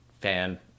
fan